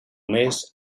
mes